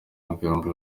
magambo